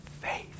faith